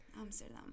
Amsterdam